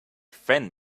friend